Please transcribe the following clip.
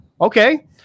Okay